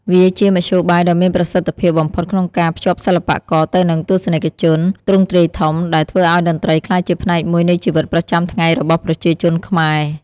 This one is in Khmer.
វាជាមធ្យោបាយដ៏មានប្រសិទ្ធភាពបំផុតក្នុងការភ្ជាប់សិល្បករទៅនឹងទស្សនិកជនទ្រង់ទ្រាយធំ ដែលធ្វើឲ្យតន្ត្រីក្លាយជាផ្នែកមួយនៃជីវិតប្រចាំថ្ងៃរបស់ប្រជាជនខ្មែរ។